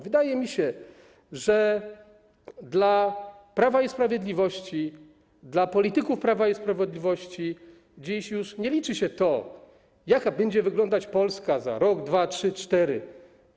Wydaje mi się, że dla Prawa i Sprawiedliwości, dla polityków Prawa i Sprawiedliwości dziś już nie liczy się to, jak będzie wyglądać Polska za rok, 2, 3, 4 lata.